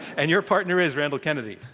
and your partner is, randall kennedy?